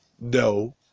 no